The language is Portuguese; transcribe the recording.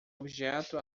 objeto